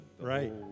Right